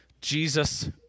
Jesus